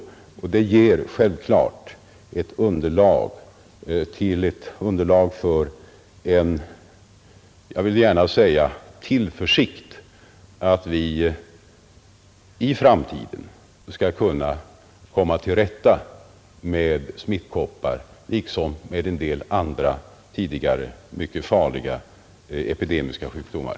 Det ger självklart ett underlag för den, jag vill gärna säga, tillförsikten att vi i framtiden skall kunna komma till rätta med smittkoppor liksom med en del andra tidigare mycket farliga epidemiska sjukdomar.